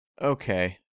Okay